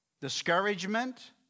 discouragement